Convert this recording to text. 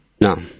No